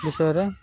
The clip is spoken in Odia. ବିଷୟରେ